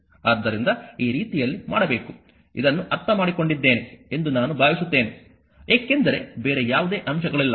ಆದ್ದರಿಂದ ಈ ರೀತಿಯಲ್ಲಿ ಮಾಡಬೇಕು ಇದನ್ನು ಅರ್ಥಮಾಡಿಕೊಂಡಿದ್ದೇನೆ ಎಂದು ನಾನು ಭಾವಿಸುತ್ತೇನೆ ಏಕೆಂದರೆ ಬೇರೆ ಯಾವುದೇ ಅಂಶಗಳಿಲ್ಲ